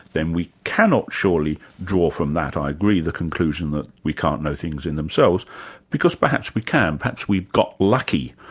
then we cannot surely draw from that i agree, the conclusion that we can't know things in themselves because perhaps we can. perhaps we've got lucky.